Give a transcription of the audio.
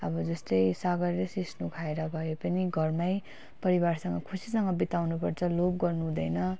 अब जस्तै साग र सिस्नु खाएर भए पनि घरमै परिवारसँग खुसीसँग बिताउनु पर्छ लोभ गर्नु हुँदैन